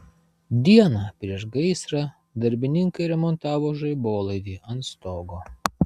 dieną prieš gaisrą darbininkai remontavo žaibolaidį ant stogo